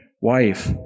wife